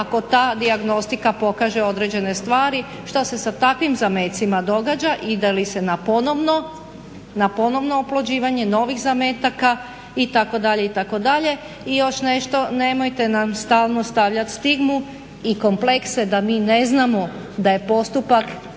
ako ta dijagnostika pokaže određene stvari, što se sa takvim zamecima događa, ide li se na ponovno oplođivanje novih zametaka itd. itd. I još nešto nemojte nam stalno stavljati stigmu i komplekse da mi ne znamo da je postupak